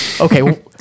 Okay